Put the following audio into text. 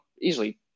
easily